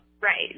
Right